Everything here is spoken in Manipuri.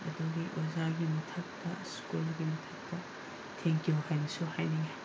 ꯑꯗꯨꯒꯤ ꯑꯣꯖꯥꯒꯤ ꯃꯊꯛꯇ ꯁ꯭ꯀꯨꯜꯒꯤ ꯃꯊꯛꯇ ꯊꯦꯡꯛ ꯌꯨ ꯍꯥꯏꯅꯁꯨ ꯍꯥꯏꯅꯤꯡꯉꯦ